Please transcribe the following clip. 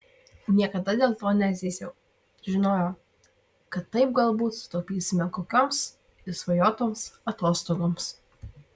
niekada dėl to nezyziau žinojau kad taip galbūt sutaupysime kokioms išsvajotoms atostogoms